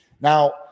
Now